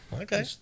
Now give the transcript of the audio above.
Okay